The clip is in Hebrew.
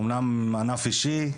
אמנם מענף אישי,